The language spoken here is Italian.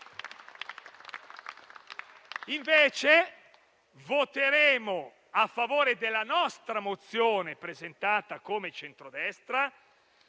Invece, voteremo a favore della nostra mozione, presentata dal centrodestra,